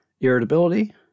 irritability